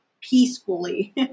peacefully